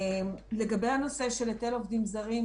לגבי הנושא של היטל עובדים זרים,